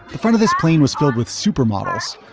the front of this plane was filled with supermodels.